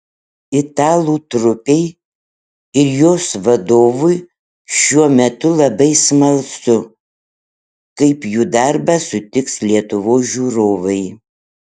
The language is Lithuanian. italų trupei ir jos vadovui šiuo metu labai smalsu kaip jų darbą sutiks lietuvos žiūrovai